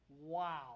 wow